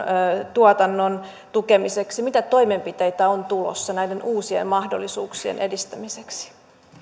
tuotannon tukemiseksi mitä toimenpiteitä on tulossa näiden uusien mahdollisuuksien edistämiseksi